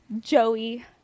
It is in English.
Joey